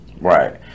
Right